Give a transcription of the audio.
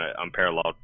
Unparalleled